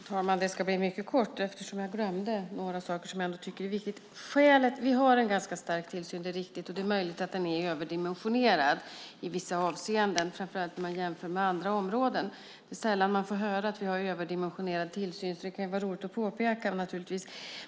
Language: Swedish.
Herr talman! Detta ska bli mycket kort. Jag glömde några saker som jag ändå tycker är viktiga. Vi har en ganska stark tillsyn; det är riktigt. Det är möjligt att den är överdimensionerad i vissa avseenden, framför allt när man jämför med andra områden. Det är sällan man får höra att vi har en överdimensionerad tillsyn, så det kan naturligtvis vara roligt att påpeka.